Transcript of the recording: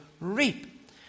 reap